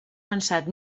avançat